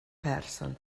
person